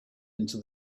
into